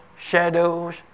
shadows